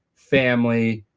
family,